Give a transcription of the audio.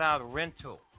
rental